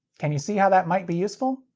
can you see how that might be useful?